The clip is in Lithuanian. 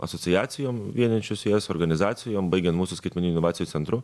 asociacijom vienijančias jas organizacijom baigiant mūsų skaitmeniniu inovacijų centru